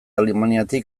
alemaniatik